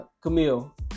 Camille